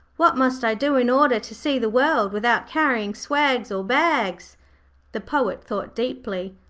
what must i do in order to see the world without carrying swags or bags the poet thought deeply,